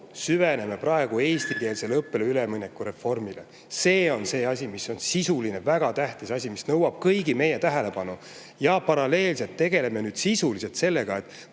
[keskendume] praegu eestikeelsele õppele ülemineku reformile. See on asi, mis on sisuline, väga tähtis asi, mis nõuab kõigi meie tähelepanu. Paralleelselt aga tegeleme sisuliselt sellega,